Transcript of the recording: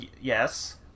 yes